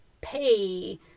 pay